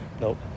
Nope